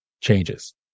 changes